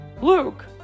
Luke